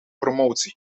promotie